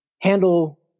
handle